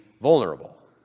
vulnerable